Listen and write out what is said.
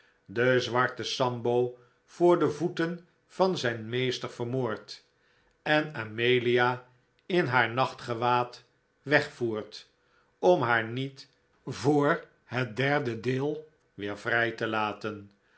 den zwarten sambo voor de voeten van zijn meester vermoort en amelia in haar nachtgewaad wegvoert om haar niet voor het derde deel weer vrij te laten